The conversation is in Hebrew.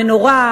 מנורה,